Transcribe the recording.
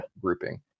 Grouping